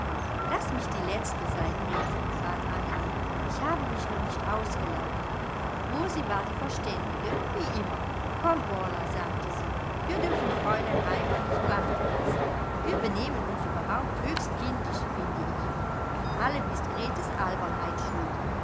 laß mich die letzte sein grete bat annemie ich habe mich noch nicht ausgelacht rosi war die verständige wie immer komm orla sagte sie wir dürfen fräulein raimar nicht warten lassen wir benehmen uns überhaupt höchst kindisch finde ich an allem ist gretes albernheit schuld